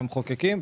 מהמחוקקים,